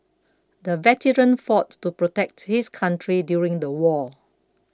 the veteran fought to protect his country during the war